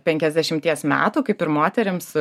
penkiasdešimties metų kaip ir moterims